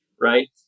right